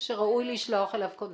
שראוי לשלוח אליו כונן,